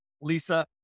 Lisa